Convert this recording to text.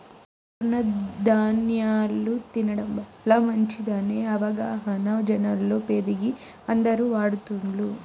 తృణ ధ్యాన్యాలు తినడం వల్ల మంచిదనే అవగాహన జనాలలో పెరిగి అందరు వాడుతున్లు